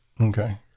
Okay